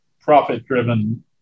profit-driven